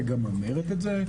וגם אומרת את זה.